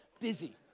busy